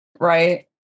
Right